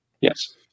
Yes